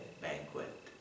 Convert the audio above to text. banquet